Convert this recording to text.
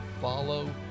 follow